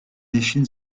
échine